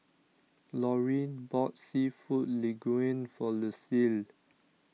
Laurene bought Seafood Linguine for Lucile